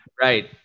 Right